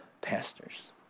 pastors